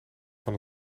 van